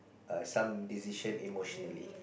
err some decision emotionally